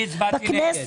אני הצבעתי נגד.